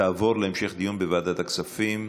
תעבור להמשך דיון בוועדת הכספים.